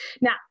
Now